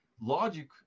Logic